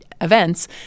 events